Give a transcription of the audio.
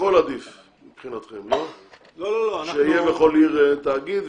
הכול עדיף מבחינתכם שיהיה בכל עיר תאגיד,